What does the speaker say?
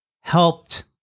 helped